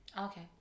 Okay